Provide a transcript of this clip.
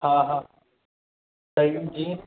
हा हा त हिनजी